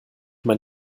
mein